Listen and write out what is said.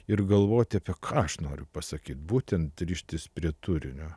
ir galvoti apie ką aš noriu pasakyt būtent rištis prie turinio